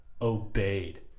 obeyed